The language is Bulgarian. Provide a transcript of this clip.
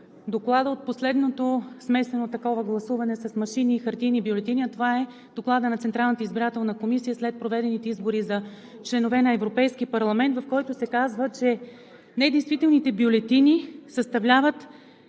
доклада от последното смесено такова гласуване с машини и хартиени бюлетини, а това е Докладът на Централната избирателна комисия след проведените избори за членове на Европейския парламент, в който се казва, че недействителните бюлетини съставляват